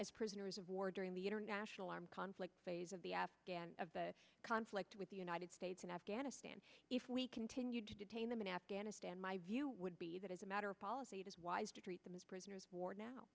as prisoners of war during the international armed conflict phase of the afghan conflict with the united states and afghanistan if we continue to detain them in afghanistan my view would be that as a matter of policy it is wise to treat them as prisoners of war now